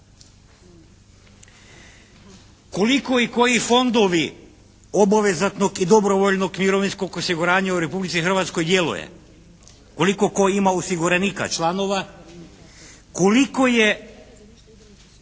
Koliko i koji fondovi obavezatnog i dobrovoljnog mirovinskog osiguranja u Republici Hrvatskoj djeluje? Koliko tko ima osiguranika, članova? Koliko je